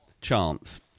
chance